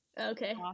Okay